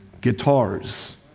guitars